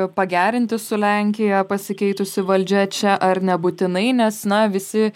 pagerinti su lenkija pasikeitusi valdžia čia ar nebūtinai nes na visi